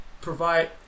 provide